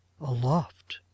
Aloft